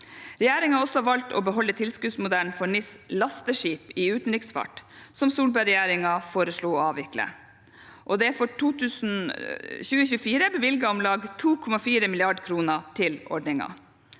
Regjeringen har også valgt å beholde tilskuddsmodellen for NIS lasteskip i utenriksfart, som Solberg-regjeringen foreslo å avvikle. Det er for 2024 bevilget om lag 2,4 mrd. kr til ordningen.